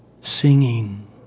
singing